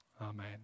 Amen